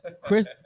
Chris